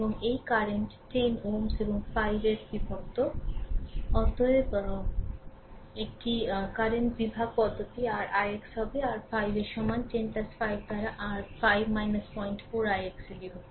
এবং এই কারেন্ট 10 Ω এবং 5 এ বিভক্ত অতএব একটি কারেন্ট বিভাগ পদ্ধতি r ix হবে r 5 এর সমান 10 5 দ্বারা r 4 04 ix তে বিভক্ত